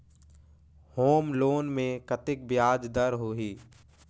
Home loan मे कतेक ब्याज दर होही?